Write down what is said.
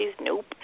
Nope